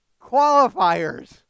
qualifiers